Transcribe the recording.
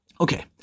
Okay